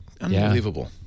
Unbelievable